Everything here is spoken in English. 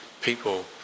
people